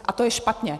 A to je špatně.